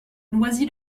noisy